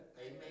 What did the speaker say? Amen